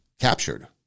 captured